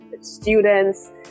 students